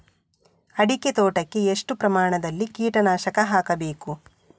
ಅಡಿಕೆ ತೋಟಕ್ಕೆ ಎಷ್ಟು ಪ್ರಮಾಣದಲ್ಲಿ ಕೀಟನಾಶಕ ಹಾಕಬೇಕು?